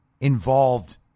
Involved